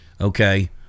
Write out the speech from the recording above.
Okay